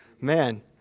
man